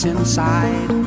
inside